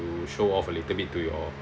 you show off a little bit to your